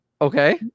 Okay